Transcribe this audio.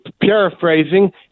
paraphrasing